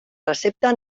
recepta